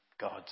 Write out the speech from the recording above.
God's